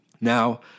Now